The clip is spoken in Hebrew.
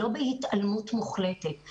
אנחנו לא בהתעלמות מוחלטת.